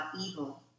evil